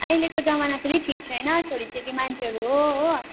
अहिलेको जमाना फेरि ठिक छैन छोरी चेली मान्छेहरू हो हो